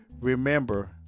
Remember